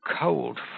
cold